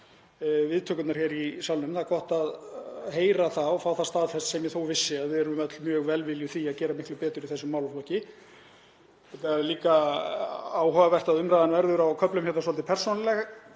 viðtökurnar hér í salnum. Það er gott að heyra það og fá það staðfest, sem ég þó vissi, að við erum öll mjög velviljuð því að gera miklu betur í þessum málaflokki. Það er líka áhugavert að umræðan verður á köflum svolítið persónuleg.